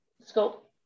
scope